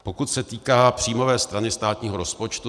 Pokud se týká příjmové strany státního rozpočtu.